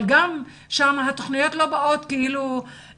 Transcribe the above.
גם שם התוכניות לא קבועות.